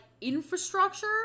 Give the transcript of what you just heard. infrastructure